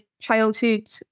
childhood